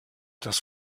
das